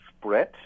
spread